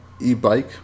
e-bike